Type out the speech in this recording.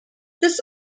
this